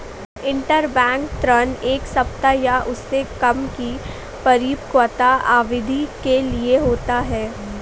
interbank ऋण एक सप्ताह या उससे कम की परिपक्वता अवधि के लिए होते हैं